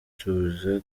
tuza